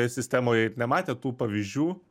sistemoj ir nematė tų pavyzdžių